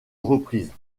reprises